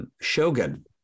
Shogun